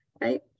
right